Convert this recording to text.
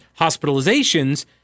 hospitalizations